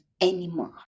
anymore